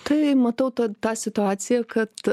tai matau tą tą situaciją kad